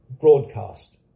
broadcast